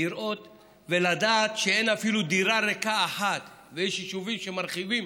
לראות ולדעת שאין אפילו דירה ריקה אחת ויש יישובים שמרחיבים